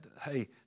hey